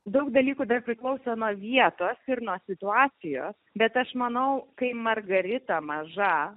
daug dalykų nepriklauso nuo vietos ir nuo situacijos bet aš manau kai margarita maža